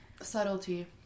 subtlety